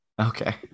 Okay